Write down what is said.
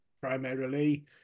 primarily